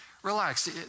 Relax